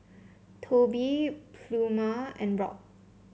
Tobie Pluma and Rock